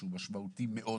שהוא משמעותי מאוד